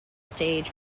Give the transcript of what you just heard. stage